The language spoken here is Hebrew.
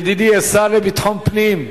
ידידי השר לביטחון פנים,